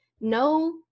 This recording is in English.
No